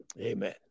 amen